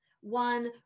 one